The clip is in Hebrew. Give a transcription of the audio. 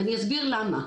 ואני אסביר למה.